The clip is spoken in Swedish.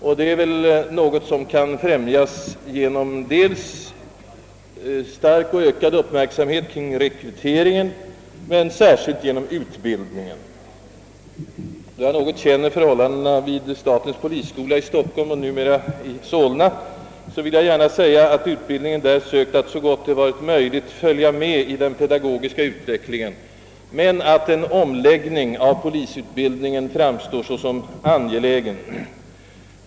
Detta är något som torde kunna främjas genom dels stark och ökad uppmärksamhet kring rekryteringen, dels och särskilt genom förbättrad utbildning. Då jag något känner till förhållandena vid statens polisskola i Stockholm, numera belägen i Solna, vill jag gärna framhålla att utbildningen i denna sökt att så gott det varit möjligt följa med i utvecklingen på det pedagogiska området, men att en omläggning av polisutbildningen likväl framstår såsom angelägen.